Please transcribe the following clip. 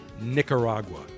Nicaragua